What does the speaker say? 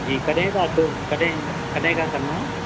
जी कॾहिं तव्हां अचो कॾहिं कॾहिं खां करिणो आहे